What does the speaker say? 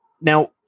now